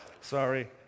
Sorry